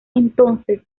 entonces